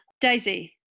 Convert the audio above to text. Daisy